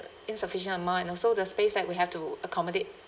insufficient amount and also the space that we have to accommodate